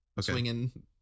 swinging